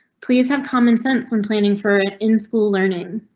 please have common sense when planning for an in school learning.